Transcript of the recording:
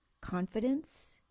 confidence